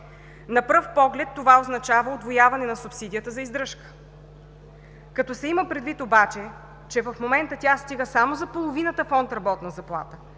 На пръв поглед това означава удвояване на субсидията за издръжка. Като се има предвид обаче, че в момента тя стига само за половината Фонд „Работна заплата“,